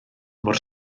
mor